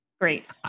great